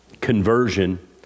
conversion